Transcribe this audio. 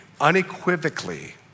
unequivocally